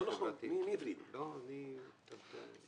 אני לא מסכים.